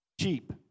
cheap